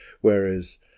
Whereas